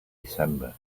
december